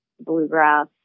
bluegrass